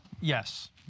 Yes